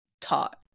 taught